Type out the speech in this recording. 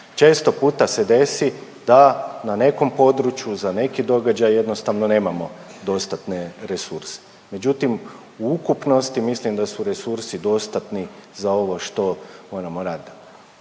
Često puta se desi da na nekom području, za neki događaj jednostavno nemamo dostatne resurse. Međutim, u ukupnosti, mislim da su resursi dostatni za ovo što moramo